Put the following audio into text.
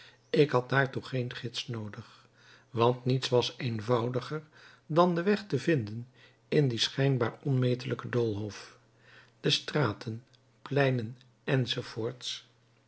ik had daartoe geen gids noodig want niets was eenvoudiger dan den weg te vinden in dien schijnbaar onmetelijken doolhof de straten pleinen